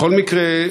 בכל מקרה,